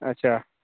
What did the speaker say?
अच्छा